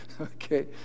Okay